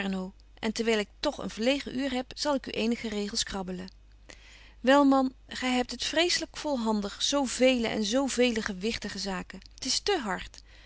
en terwyl ik toch een verlegen uur heb zal ik u eenige regels krabbelen wel man gy hebt het vreeslyk volhandig zo vele en zo vele gewichtige zaken t is te hart